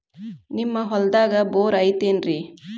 ನಿಮ್ಮ ಹೊಲ್ದಾಗ ಬೋರ್ ಐತೇನ್ರಿ?